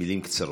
מילים קצרות.